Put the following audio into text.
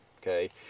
Okay